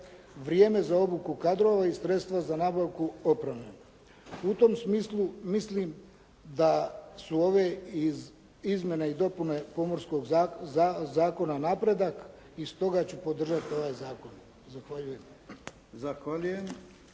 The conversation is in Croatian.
vrijeme za obuku kadrova i sredstva za nabavku opreme. U tom smislu mislim da su ove izmjene i dopune Pomorskog zakona napredak i stoga ću podržati ovaj zakon. Zahvaljujem.